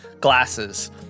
glasses